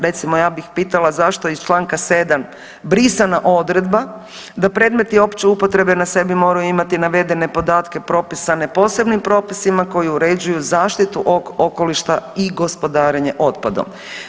Recimo ja bih pitala zašto iz članka 7. brisana odredba da predmeti opće upotrebe na sebi moraju imati navedene podatke propisane posebnim propisima koji uređuju zaštitu okoliša i gospodarenje otpadom.